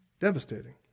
Devastating